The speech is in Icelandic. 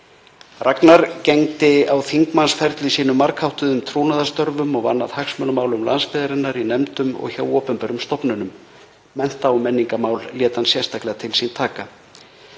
Ragnar gegndi á þingmannsferli sínum margháttuðum trúnaðarstörfum og vann að hagsmunamálum landsbyggðarinnar í nefndum og hjá opinberum stofnunum. Mennta- og menningarmál lét hann sérstaklega til sín taka.